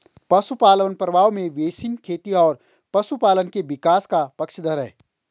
पशुपालन प्रभाव में बेसिन खेती और पशुपालन के विकास का पक्षधर है